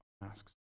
masks